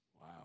Wow